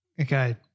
Okay